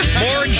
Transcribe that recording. more